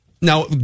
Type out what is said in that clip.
now